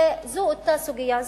זאת אותה סוגיה,